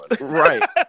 Right